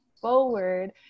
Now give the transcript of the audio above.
forward